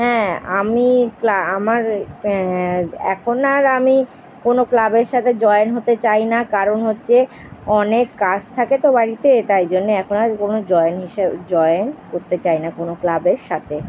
হ্যাঁ আমি ক্লা আমার এখন আর আমি কোনো ক্লাবের সাথে জয়েন হতে চাই না কারণ হচ্ছে অনেক কাজ থাকে তো বাড়িতে তাই জন্যে এখন আর কোনো জয়েন হিসা জয়েন করতে চাই না কোনো ক্লাবের সাথে